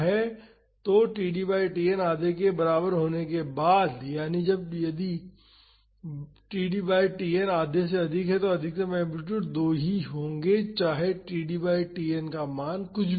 तो td by Tn आधे के बराबर होने के बाद है यानी यदि td बाई Tn आधे से अधिक है तो अधिकतम एम्पलीटूड दो ही होंगे चाहे td बाई Tn का मान कुछ भी हो